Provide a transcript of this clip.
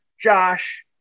Josh